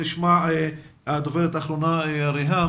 תודה לאדוני יושב ראש הוועדה על רשות הדיבור.